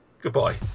Goodbye